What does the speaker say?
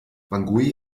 bangui